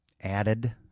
added